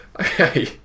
Okay